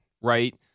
right